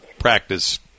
practice